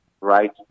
right